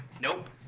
Nope